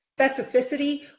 specificity